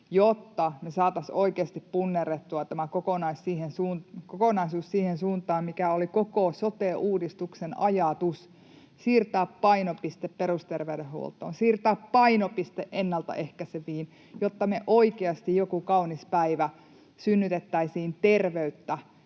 jotta me saataisiin oikeasti punnerrettua tämä kokonaisuus siihen suuntaan, mikä oli koko sote-uudistuksen ajatus: siirtää painopiste perusterveydenhuoltoon, siirtää painopiste ennaltaehkäiseviin, jotta me oikeasti joku kaunis päivä synnytettäisiin terveyttä,